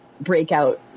breakout